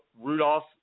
Rudolph